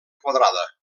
quadrada